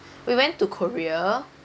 we went to korea